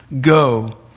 Go